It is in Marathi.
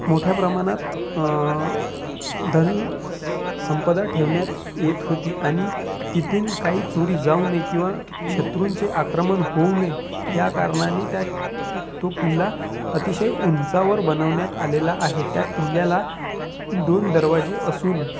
मोठ्या प्रमाणात धनसंपदा ठेवण्यात येत होती आणि तिथून काही चोरी जाऊ नये किंवा शत्रूंचे आक्रमण होऊ नये या कारणाने त्या तो किल्ला अतिशय उंचावर बनवण्यात आलेला आहे त्या किल्ल्याला दोन दरवाजे असून